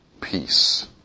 peace